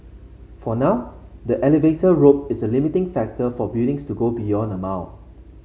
for now the elevator rope is a limiting factor for buildings to go beyond a mile